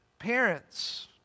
Parents